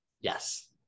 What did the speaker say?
yes